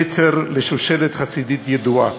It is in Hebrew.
נצר לשושלת חסידית ידועה.